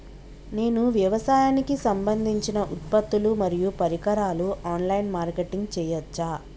నేను వ్యవసాయానికి సంబంధించిన ఉత్పత్తులు మరియు పరికరాలు ఆన్ లైన్ మార్కెటింగ్ చేయచ్చా?